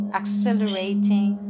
accelerating